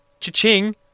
Cha-ching